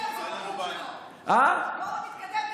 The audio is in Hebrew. בואו נתקדם.